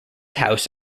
house